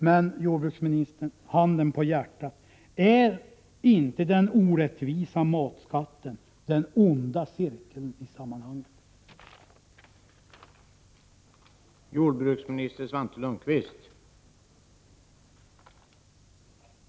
Men, jordbruksministern, handen på hjärtat: Är det inte den orättvisa matskatten som i det här sammanhanget åstadkommer den onda cirkeln?